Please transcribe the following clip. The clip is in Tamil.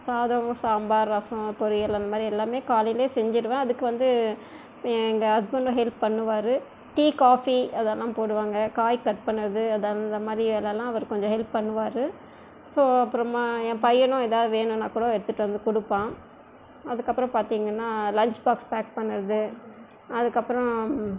சாதம் சாம்பார் ரசம் பொரியல் அந்த மாதிரி எல்லாமே காலையிலயே செஞ்சுடுவேன் அதுக்கு வந்து எங்கள் ஹஸ்பண்ட்டும் ஹெல்ப் பண்ணுவார் டீ காபி அதெல்லாம் போடுவாங்க காய் கட் பண்ணுறது அந்த மாதிரி வேலைலாம் அவர் கொஞ்சம் ஹெல்ப் பண்ணுவார் ஸோ அப்புறமா என் பையனும் ஏதாவது வேணும்னா கூட எடுத்துகிட்டு வந்து கொடுப்பான் அதுக்கு அப்புறம் பார்த்தீங்கன்னா லன்ச் பாக்ஸ் பேக் பண்ணுறது அதுக்கு அப்புறம்